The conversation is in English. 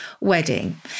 wedding